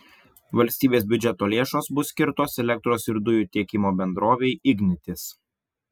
valstybės biudžeto lėšos bus skirtos elektros ir dujų tiekimo bendrovei ignitis